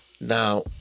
now